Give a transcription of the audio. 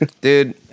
dude